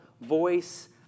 Voice